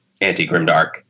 anti-grimdark